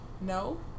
No